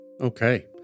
Okay